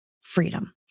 freedom